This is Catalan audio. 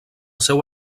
seu